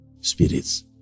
spirits